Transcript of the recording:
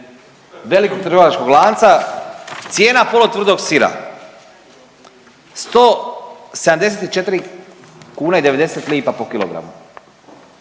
velikog trgovačkog lanca. Cijena polutvrdog sira 174 kune i 90 lipa po kilogramu